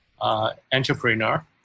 entrepreneur